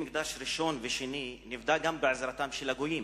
בית-המקדש הראשון והשני נבנו גם בעזרתם של הגויים.